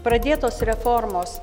pradėtos reformos